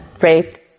raped